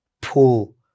pull